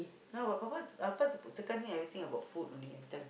now but papa Appa tekan him everything about food only everytime